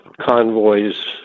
convoys